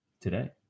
today